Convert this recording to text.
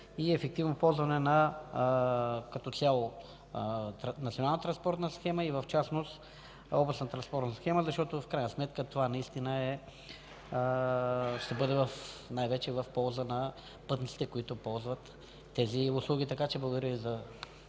и ефективно ползване като цяло на Националната транспортна схема и в частност Областната транспортна схема, защото в крайна сметка това ще бъде най-вече в полза на пътниците, които ползват тези услуги. Благодаря Ви за